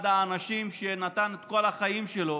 אחד האנשים, נתן את כל החיים שלו